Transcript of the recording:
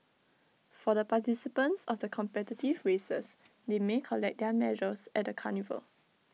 for the participants of the competitive races they may collect their medals at the carnival